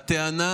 הטענה